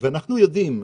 ואנחנו יודעים,